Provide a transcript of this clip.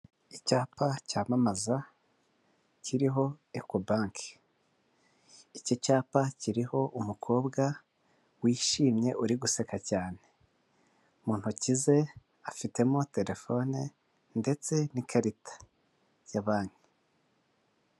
Icyapa cyamamaza kiriho Eco bank, iki cyapa kiriho umukobwa wishimye uri guseka cyane mu ntoki ze afitemo telefone ndetse n'ikarita ya banki.